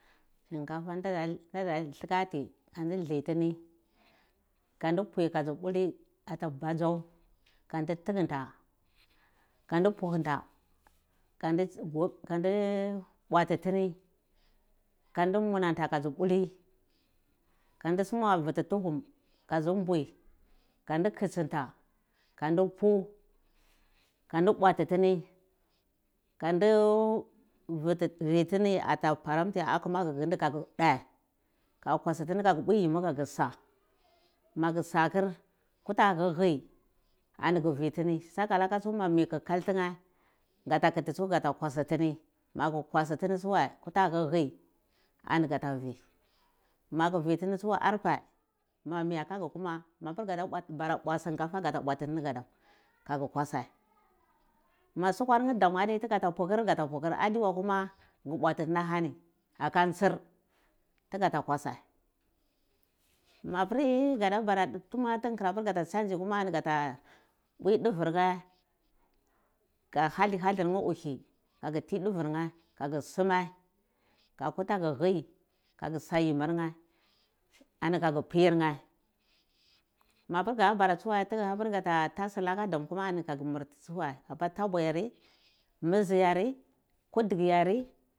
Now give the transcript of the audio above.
Shinkafa nda ta lukati ka ndi dli tini kandi pwi ka dzi bwuli ata bajau kandi tinguta kandi puhunta kandi bwatmi kondi munanta ka dzi bwuli kandi sungwa vuti tuhum ma dzu mbu kandhi kichnta kandu pu kandi bwatitini kandi vitina akuma gheata paranti ka gur dheh ka kwasu tina kaga pwi yimi kagursu magu sakur kutagu ku hi ani gu vituni sakalaka tsu ma mi ku kaltine gata kiti tsu gata kwasai tini magu kwasu tini tsuwai kuta gheh kih hi ani gata vi magu vitini tsuwai arpae ma mi ako ghe tsuma mapir gadabara bwati tawosi cinkafa tsuwae aga kwasa ma sukwor nheh damu adam ago patur aga putur madiwo kuma gu bwatu tini ahan aka ntsir tigafa kwatsar mapri tugu bara changi tsuwa bwi duvir ngeh ga ha'di haldi nyeh uhi agu tigu uhir nheh aga suma ka kuta geh hi ka gi sayiminheh ani kaga pirnheh mapir ga bara tsuwai tiguta tasilaka dam kuma agu mirti tsuwai aka tabua yare mizdae rarai